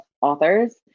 authors